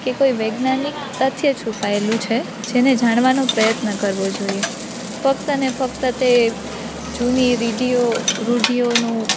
કે કોઈ વૈજ્ઞાનિક તથ્ય છુપાયેલું છે જેને જાણવાનો પ્રયત્ન કરવો જોઈએ ફક્ત ને ફક્ત તે જૂની રિઢિઓ રૂઢિઓનું